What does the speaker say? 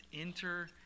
enter